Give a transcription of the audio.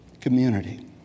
Community